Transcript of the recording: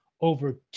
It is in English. over